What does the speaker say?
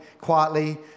quietly